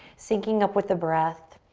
syncing up with the breath.